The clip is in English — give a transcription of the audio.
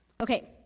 Okay